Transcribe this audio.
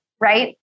right